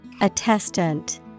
Attestant